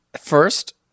First